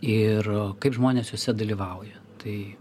ir kaip žmonės jose dalyvauja tai